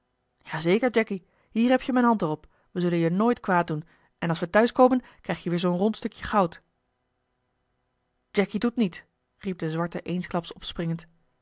ja zeker jacky hier heb je mijn hand er op wij zullen je nooit kwaad doen en als we thuis komen krijg je weer zoo'n rond stukje goud jacky doet niet riep de zwarte eensklaps opspringend